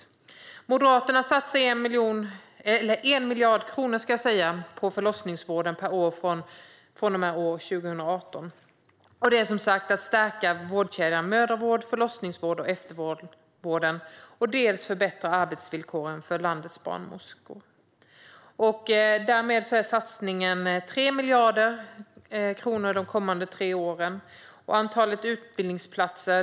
Moderaterna satsar 1 miljard kronor på förlossningsvården per år från och med 2018. Det handlar som sagt om att stärka vårdkedjan - mödravård, förlossningsvård och eftervård - och om att förbättra arbetsvillkoren för landets barnmorskor. Därmed är satsningen 3 miljarder kronor de kommande tre åren. Vi har också satsat på utbildningsplatser.